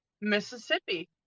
mississippi